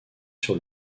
sur